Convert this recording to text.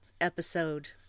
episode